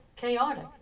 Chaotic